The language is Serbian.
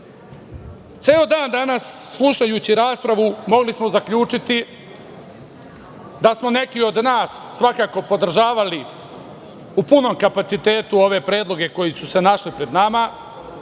dan danas slušajući raspravu mogli smo zaključiti da smo neki od nas svakako podržavali u punom kapacitetu ove predloge koji su se našli pred nama,